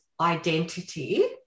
identity